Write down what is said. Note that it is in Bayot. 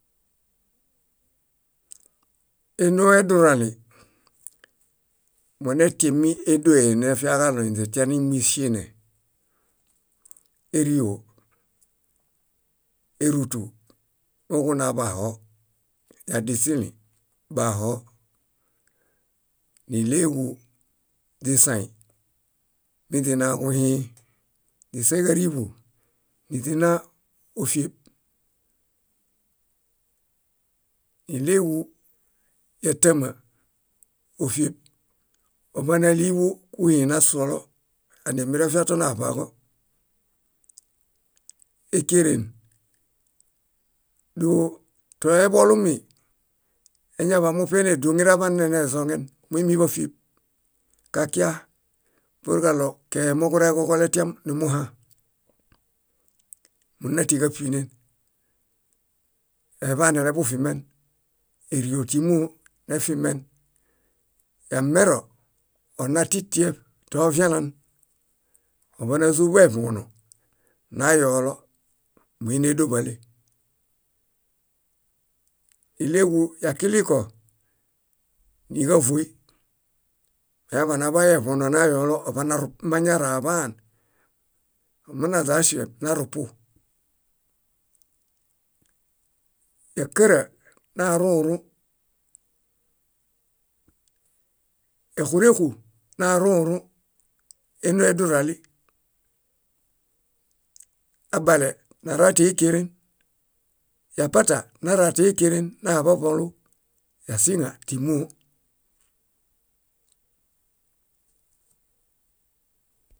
Éno edurali, monetiemi édoe nefiaġaɭo ínźe tia nímbuŝiene, ério, érutu moġuna baho, yadiśilĩ baho. Níɭeġu źisaĩ, miźinaġuhĩĩ, źisaĩ káriḃu niźina ófieb. Íɭeġu yátama ófieb óḃanaliḃuġuhĩnasuolo adiamerefia tonaḃaġo. Ékeren, dóo toeḃolumi, eñaḃamoṗe néduoŋera banenezoŋen móimibafieb, kakia purġaɭo kee muġureġoġoletiam numuhã, núnatiġaṗinen eḃaneleḃuṗimen. Ério tímo nefimen. Yamero, onatitiṗ tiovialan oḃaan názuḃu evuono nayolo numuini édoḃale. Íɭeġu yakiliko, níġavuoy añaḃanaḃayu evuono nayolo aḃanaru mañaraḃaan, onunaźaaŝieb narupu. Yákara, narurũ. Éxurexu narurũ, énoo edurali. Abale, nara tékeren. Yapata nara tékeren, naḃoḃolu. Yasiŋa tímoo.